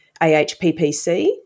AHPPC